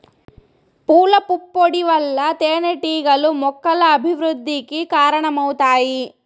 పూల పుప్పొడి వల్ల తేనెటీగలు మొక్కల అభివృద్ధికి కారణమవుతాయి